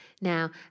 Now